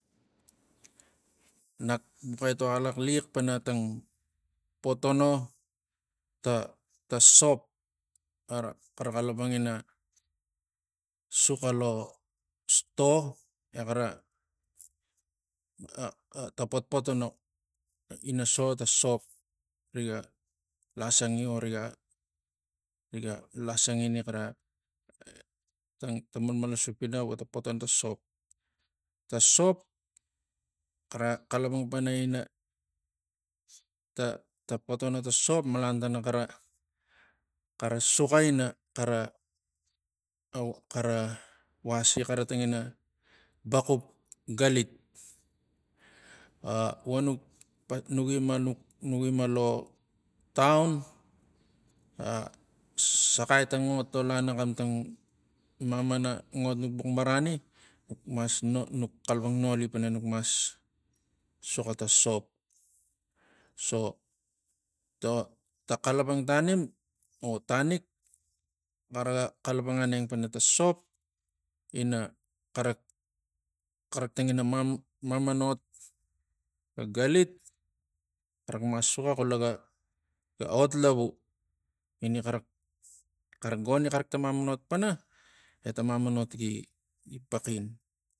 Nak bux etok alaxliax pana tang potona ta- ta sop ara xara xalapangina suxa lo sto exara a- a- a- a ta potpotona ina so ta sop riga asongi vo rig- riga lasongani xara tang malmalsup ina vo tang patan tang sop. Tang sop xara xalapang pana ina ta- ta potono tang sop malan tana xara xalapang pana ina ta- ta potono vasi xara tangina baxup galit a vonuk nuk im a nuk ima lo taun saxai tang ot lo lana xamatang mamana ot nuk bux marani nuk mas no nuk xalapang noli pana nuk mas soxo ta sop so lo ta xalapang tanim vo tanik xara ga xalapang aneng pana ta sop ina xarak xarak tangina mamanot galit xara mas suxa xula ga- ga ot lavu ini xarak xarak goni xarak to mamanot pana eta mamanot gi paxin